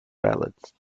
ballads